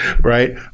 Right